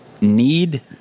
need